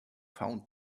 found